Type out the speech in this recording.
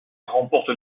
remporte